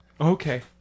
Okay